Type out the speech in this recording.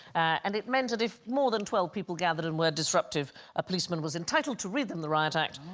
and it meant that if more than twelve people gathered and were disruptive a policeman was entitled to read them the riot act